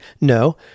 No